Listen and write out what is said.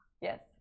yes